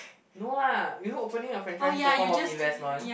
no lah you know opening a franchise is a form of investment